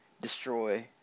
destroy